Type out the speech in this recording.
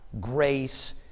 grace